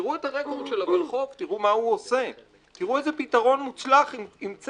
תראו את הרקורד של הוולחו"ף,